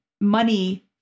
money